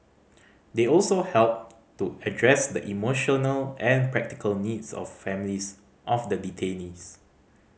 they also helped to address the emotional and practical needs of families of the detainees